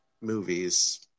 movies